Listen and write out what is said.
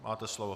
Máte slovo.